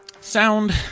Sound